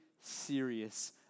serious